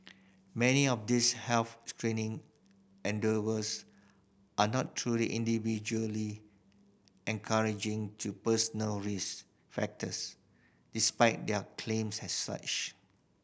many of these health screening endeavours are not truly individually encouraging to personal risk factors despite their claims as such